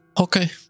okay